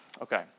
Okay